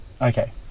okay